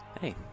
Hey